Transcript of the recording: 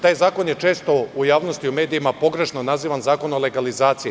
Taj zakon je često u javnosti, u medijima, pogrešno nazivan – Zakon o legalizaciji.